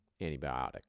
antibiotic